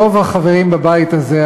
רוב החברים בבית הזה,